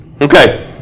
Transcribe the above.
Okay